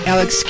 Alex